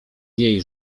jej